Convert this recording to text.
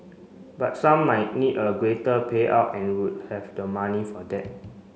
but some might need a greater payout and would have the money for that